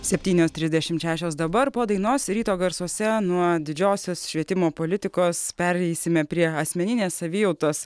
septynios trisdešimt šešios dabar po dainos ryto garsuose nuo didžiosios švietimo politikos pereisime prie asmeninės savijautos